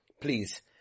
Please